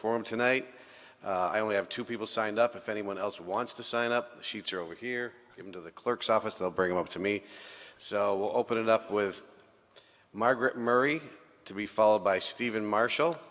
forum tonight i only have two people signed up if anyone else wants to sign up sheets or over here into the clerk's office they'll bring it up to me so open it up with margaret mary to be followed by stephen marshall